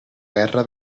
guerra